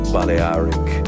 Balearic